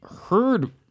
heard